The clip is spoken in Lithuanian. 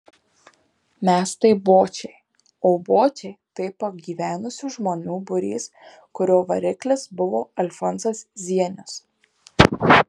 mes tai bočiai o bočiai tai pagyvenusių žmonių būrys kurio variklis buvo alfonsas zienius